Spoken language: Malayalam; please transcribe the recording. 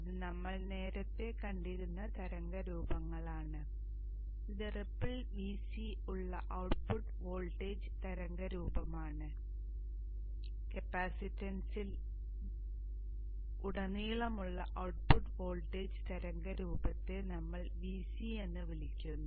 ഇത് നമ്മൾ നേരത്തെ കണ്ടിരുന്ന തരംഗ രൂപങ്ങളാണ് ഇത് റിപ്പിൾ Vc ഉള്ള ഔട്ട്പുട്ട് വോൾട്ടേജ് തരംഗ രൂപമാണ് കപ്പാസിറ്റൻസിൽ ഉടനീളമുള്ള ഔട്ട്പുട്ട് വോൾട്ടേജ് തരംഗ രൂപത്തെ നമ്മൾ Vc എന്ന് വിളിക്കുന്നു